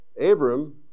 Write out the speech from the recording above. Abram